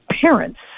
parents